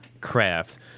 craft